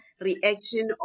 reaction